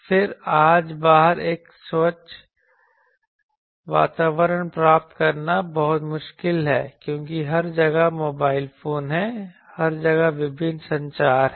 फिर आज बाहर एक स्वच्छ वातावरण प्राप्त करना बहुत मुश्किल है क्योंकि हर जगह मोबाइल फोन हैं हर जगह विभिन्न संचार हैं